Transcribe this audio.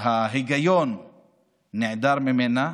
שההיגיון נעדר ממנה.